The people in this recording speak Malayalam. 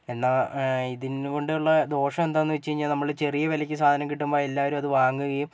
എന്നാൽ ഇതിനെ കൊണ്ടൊള്ള ദോഷം എന്താന്ന് വെച്ചുകഴിഞ്ഞാൽ നമ്മൾ ചെറിയ വിലയ്ക്ക് സാധനം കിട്ടുമ്പോൾ എല്ലാവരും അത് വാങ്ങുകയും